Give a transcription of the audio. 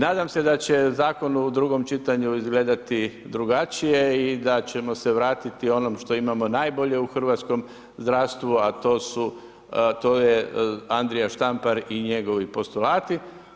Nadam se da će zakon u drugom čitanju izgledati drugačije i da ćemo se vratiti onome što imamo najbolje u hrvatskom zdravstvu, a to je Andrija Štampar i njegovi postulati.